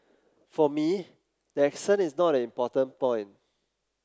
for me the accent is not an important point